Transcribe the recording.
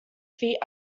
feet